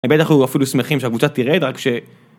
‫הם בטח היו אפילו שמחים ‫שהקבוצה תרד, רק ש...